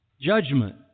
judgment